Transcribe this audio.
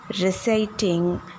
reciting